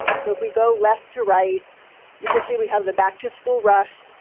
so, if we go left to right you can see we have the back to school rush,